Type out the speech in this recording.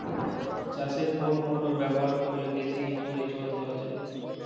চাষে কোন মোটর ব্যবহার করলে বেশী করে জল দেওয়া যাবে?